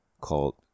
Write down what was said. called